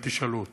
אם תשאלו אותי.